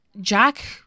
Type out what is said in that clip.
Jack